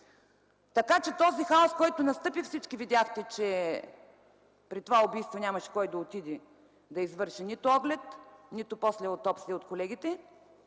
Така че, този хаос, който настъпи – всички видяхте, че при това убийство нямаше кой да отиде да извърши нито оглед, нито после аутопсия от колегите.